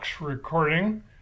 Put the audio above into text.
recording